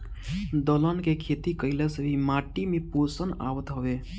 दलहन के खेती कईला से भी माटी में पोषण आवत हवे